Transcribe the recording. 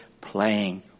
playing